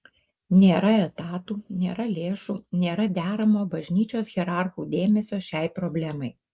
nėra etatų nėra lėšų nėra deramo bažnyčios hierarchų dėmesio šiai problemai